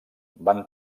van